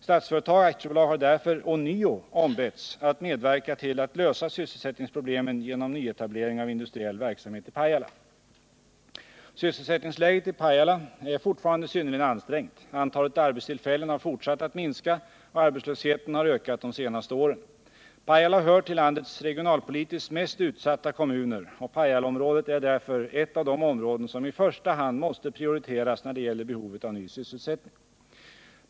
Statsföretag AB har därför ånyo ombetts att medverka till att lösa sysselsättningsproblemen genom nyetablering av industriell verksamhet i Pajala. Sysselsättningsläget i Pajala är fortfarande synnerligen ansträngt, antalet arbetstillfällen har fortsatt att minska och arbetslösheten har ökat de senaste åren. Pajala hör till landets regionalpolitiskt mest utsatta kommuner och Pajalaområdet är därför ett av de områden som i första hand måste prioriteras när det gäller behovet av ny sysselsättning.